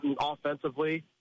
offensively